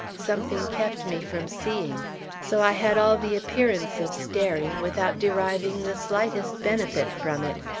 something kept me from seeing so i had all the appearance of staring, without deriving the slightest benefit from it.